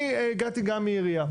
אני הגעתי גם מעירייה,